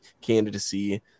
candidacy